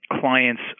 clients